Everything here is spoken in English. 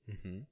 mmhmm